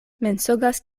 mensogas